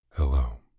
Hello